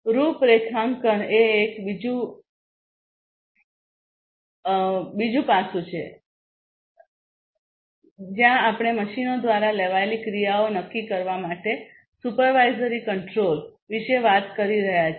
રૂપરેખાંકન એ એક બીજું છે જ્યાં આપણે મશીનો દ્વારા લેવાયેલી ક્રિયાઓ નક્કી કરવા માટે સુપરવાઇઝરી કંટ્રોલ વિશે વાત કરી રહ્યા છીએ